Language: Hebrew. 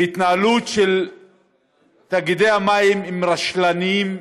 שההתנהלות של תאגידי המים, הם רשלניים,